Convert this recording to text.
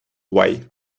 why